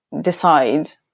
decide